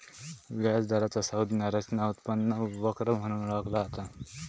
व्याज दराचा संज्ञा रचना उत्पन्न वक्र म्हणून ओळखला जाता